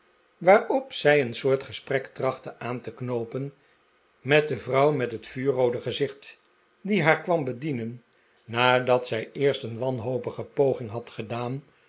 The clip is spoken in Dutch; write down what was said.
waarop zij een soort gesprek trachtte aan te knoopen met de vrouw met het vuurroode gezicht die haar kwam bedienen nadat zij eerst een wanhopige poging had gedaan